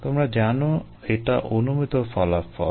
তোমরা জানো এটা অনুমিত ফলাফল